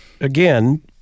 Again